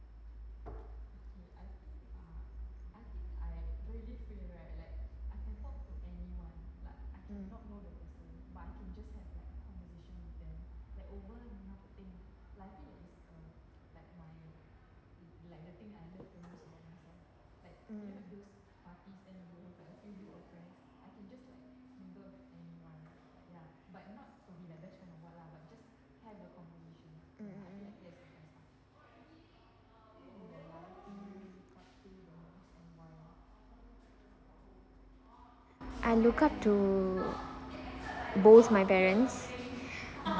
mm mm mm mm mm I look up to both my parents